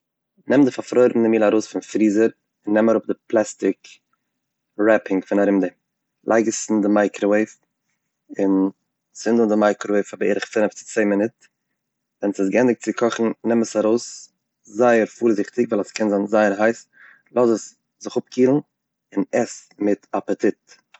נעם די פארפרוירענע מיעל ארויס פון פריזער, נעם אראפ די פלעסטיק רעפינג פון ארום דעם, לייג עס אין די מייקראוועיוו און צינד אן די מייקראוועיוו פאר בערך פינף צו צען מינוט, ווען ס'איז געענדיגט צו קאכן נעם עס ארויס זייער פארזיכטיג ווייל עס קען זיין זייער הייס, לאז עס זיך אפקילן, און עס מיט אפעטיט.